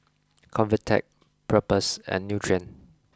Convatec Propass and Nutren